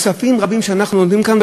כספים רבים שאנחנו נותנים כאן,